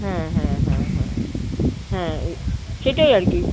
হ্যাঁ হ্যাঁ হ্যাঁ হ্যাঁ হ্যাঁ ওই সেটাই আর কি